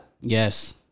Yes